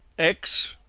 x,